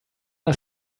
das